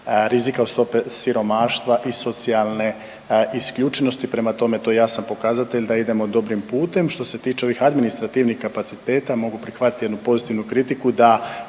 rizika od stope siromaštva i socijalne isključenosti, prema tome, to je jesan pokazatelj da idemo dobrim putem. Što se tiče ovih administrativnih kapaciteta, mogu prihvatiti jednu pozitivnu kritiku da